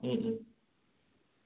ꯎꯝ ꯎꯝ